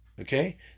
Okay